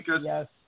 yes